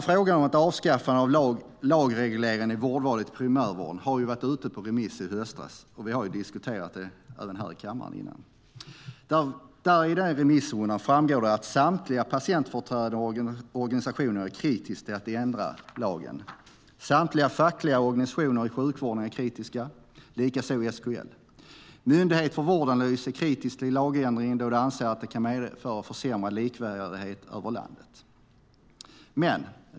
Frågan om att avskaffa lagregleringen i vårdvalet i primärvården var ute på remiss i höstas - vi har även diskuterat det här i kammaren. Av den remissrundan framgår det att samtliga patientföreträdarorganisationer är kritiska till att lagen ändras. Samtliga fackliga organisationer i sjukvården är kritiska, likaså SKL. Myndigheten för vårdanalys är kritisk till lagändringen då man anser att den kan medföra försämrad likvärdighet över landet.